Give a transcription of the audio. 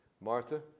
Martha